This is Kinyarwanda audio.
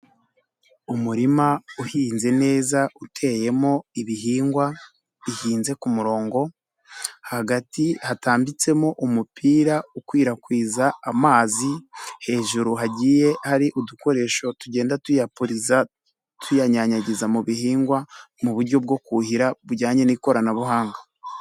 Umurima uhinze neza uteyemo ibihingwa, bihinze ku murongo, hagati hatambitsemo umupira ukwirakwiza amazi, hejuru hagiye hari udukoresho tugenda tuyapuriza, tuyanyanyagiza mu bihingwa mu buryo bwo kuhira, bujyanye n'ikoranabuhanga.